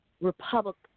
Republic